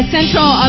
Central